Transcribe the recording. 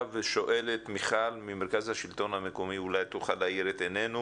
שואלת מיכל ממרכז השלטון המקומי אולי תוכל להאיר את עינינו